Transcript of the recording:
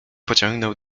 pociągnął